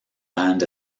band